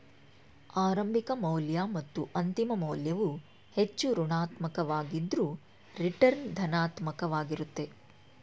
ಆರಂಭಿಕ ಮೌಲ್ಯ ಮತ್ತು ಅಂತಿಮ ಮೌಲ್ಯವು ಹೆಚ್ಚು ಋಣಾತ್ಮಕ ವಾಗಿದ್ದ್ರ ರಿಟರ್ನ್ ಧನಾತ್ಮಕ ವಾಗಿರುತ್ತೆ